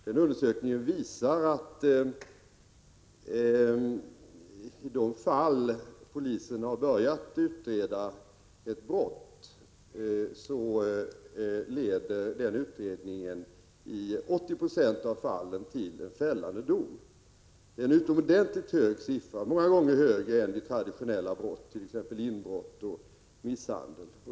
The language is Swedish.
Den undersökningen visar att i de fall polisen har börjat utreda ett brott så leder utredningen i 80 90 av fallen till en fällande dom. Det är en utomordentligt hög siffra, många gånger högre än vid traditionella brott, t.ex. inbrott och misshandel.